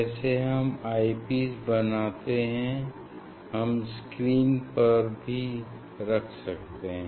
जैसे हम eyepiece पर बनाते हैं हम स्क्रीन भी रख सकते हैं